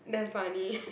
damn funny